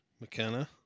McKenna